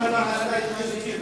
למה לא עשתה את מה שהיא מבקשת?